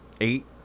Eight